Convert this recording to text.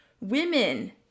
women